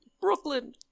Brooklyn